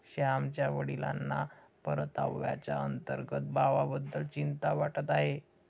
श्यामच्या वडिलांना परताव्याच्या अंतर्गत भावाबद्दल चिंता वाटत आहे